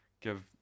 give